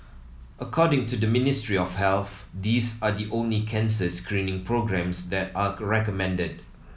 according to the Ministry of Health these are the only cancer screening programmes that are recommended